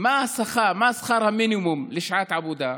מה שכר המינימום לשעת עבודה?